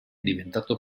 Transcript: diventata